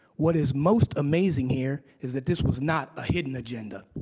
what is most amazing here is that this was not a hidden agenda.